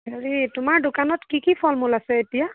হেৰি তোমাৰ দোকানত কি কি ফল মূল আছে এতিয়া